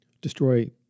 destroy